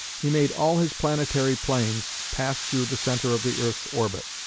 he made all his planetary planes pass through the centre of the earth's orbit,